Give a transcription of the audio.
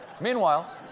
Meanwhile